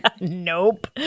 Nope